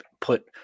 put